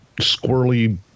squirrely